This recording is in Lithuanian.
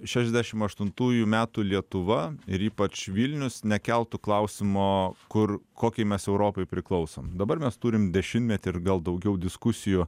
šešdešim aštuntųjų metų lietuva ir ypač vilnius nekeltų klausimo kur kokiai mes europai priklausom dabar mes turim dešimtmetį ir gal daugiau diskusijų